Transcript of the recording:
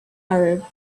arab